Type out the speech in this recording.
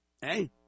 hey